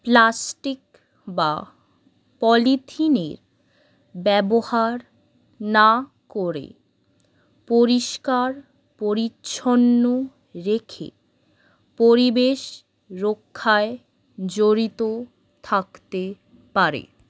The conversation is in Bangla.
প্লাস্টিক বা পলিথিনের ব্যবহার না করে পরিষ্কার পরিচ্ছন্ন রেখে পরিবেশ রক্ষায় জড়িত থাকতে পারে